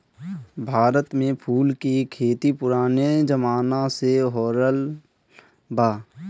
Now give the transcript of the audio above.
भारत में फूल के खेती पुराने जमाना से होरहल बा